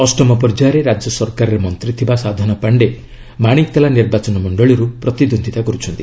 ଅଷ୍ଟମ ପର୍ଯ୍ୟାୟରେ ରାଜ୍ୟ ସରକାରରେ ମନ୍ତ୍ରୀ ଥିବା ସାଧନା ପାଣ୍ଡେ ମାଣିକତାଲା ନିର୍ବାଚନ ମଣ୍ଡଳୀରୁ ପ୍ରତିଦ୍ୱନ୍ଦିତା କରୁଛନ୍ତି